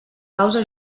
causa